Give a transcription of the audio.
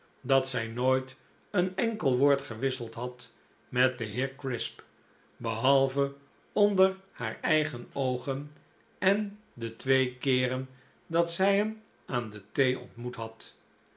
dat zij nooit een enkel woord gewisseld had met den heer crisp behalve onder haar eigen oogen de twee keeren dat zij hem aan de thee ontmoet had